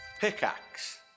Pickaxe